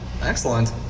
Excellent